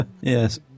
Yes